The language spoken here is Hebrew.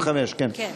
על הסתייגות 25, כן.